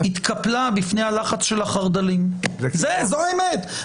התקפלה בפני הלחץ של החרד"לים, זו האמת.